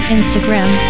Instagram